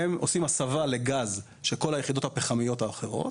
הם עושים הסבה לגז של כל היחידות הפחמיות האחרות